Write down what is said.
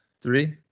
three